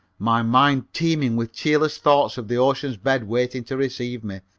my mind teeming with cheerless thoughts of the ocean's bed waiting to receive me.